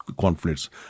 conflicts